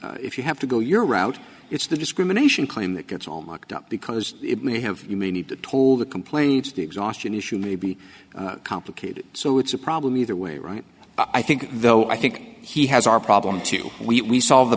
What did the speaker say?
if you have to go your route it's the discrimination claim that gets all mucked up because it may have you may need to told the complaints the exhaustion issue may be complicated so it's a problem either way right i think though i think he has our problem too we solve the